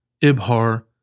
Ibhar